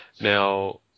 Now